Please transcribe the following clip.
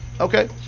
okay